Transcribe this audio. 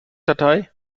datei